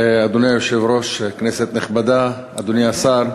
אדוני היושב-ראש, כנסת נכבדה, אדוני השר,